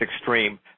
extreme